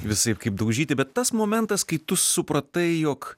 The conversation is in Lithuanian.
visaip kaip daužyti bet tas momentas kai tu supratai jog